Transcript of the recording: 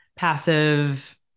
Passive